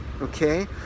okay